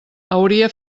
hauria